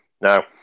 Now